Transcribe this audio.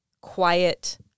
quiet